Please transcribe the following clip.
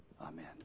amen